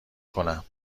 کنم